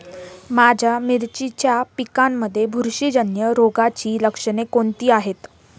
माझ्या मिरचीच्या पिकांमध्ये बुरशीजन्य रोगाची लक्षणे कोणती आहेत?